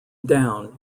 down